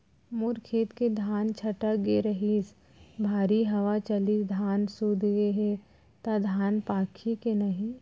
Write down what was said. मोर खेत के धान छटक गे रहीस, भारी हवा चलिस, धान सूत गे हे, त धान पाकही के नहीं?